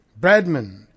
Bradman